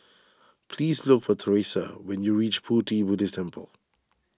please look for theresia when you reach Pu Ti Buddhist Temple